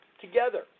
together